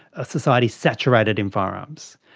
a society saturated in firearms.